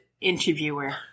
interviewer